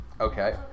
Okay